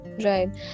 Right